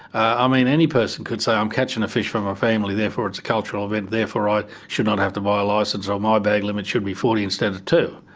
i mean, any person could say i'm catching a fish for my family therefore it's a cultural event therefore i should not have to buy a licence or my bag limit should be forty instead of two.